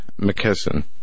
McKesson